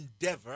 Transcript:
endeavor